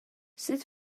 sut